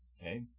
Okay